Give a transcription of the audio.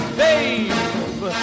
babe